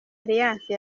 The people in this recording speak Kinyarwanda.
alliance